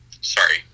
sorry